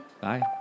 bye